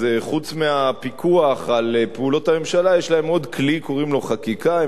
אז חוץ מהפיקוח על פעולות הממשלה יש להם עוד כלי שקוראים לו חקיקה.